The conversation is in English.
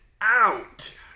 out